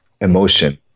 emotion